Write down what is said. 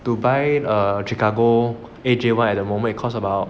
to buy a chicago A_J one at the moment it cost about